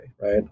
right